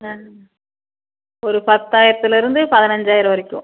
ஆ ஒரு பத்தாயிரத்திலேருந்து பதினஞ்சாயிரம் வரைக்கும்